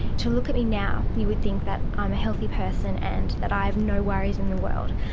to look at me now you would think that i'm a healthy person and that i have no worries in the world.